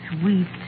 sweet